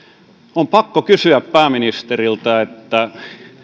on pakko kysyä pääministeriltä